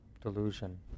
delusion